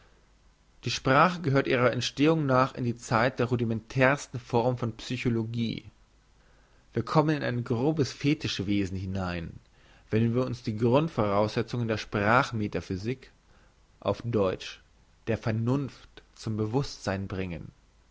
die sprache gehört ihrer entstehung nach in die zeit der rudimentärsten form von psychologie wir kommen in ein grobes fetischwesen hinein wenn wir uns die grundvoraussetzungen der sprach metaphysik auf deutsch der vernunft zum bewusstsein bringen